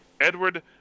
Edward